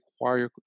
require